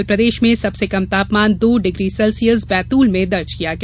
कल प्रदेश में सबसे कम तापमान दो डिग्री सेल्सियस बैतूल में दर्ज किया गया